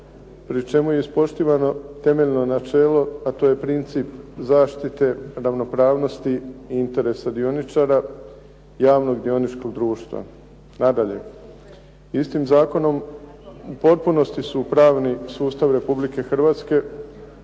pri čemu je ispoštivano temeljno načelo, a to je princip zaštite ravnopravnosti i interesa dioničara javnog dioničkog društva. Nadalje, istim zakonom u potpunosti su u pravni sustav Republike Hrvatske